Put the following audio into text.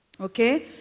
Okay